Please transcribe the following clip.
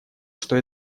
что